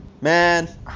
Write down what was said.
Man